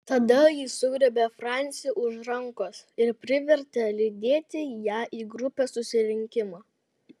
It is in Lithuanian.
tada ji sugriebė francį už rankos ir privertė lydėti ją į grupės susirinkimą